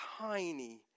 tiny